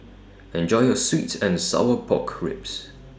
Enjoy your Sweet and Sour Pork Ribs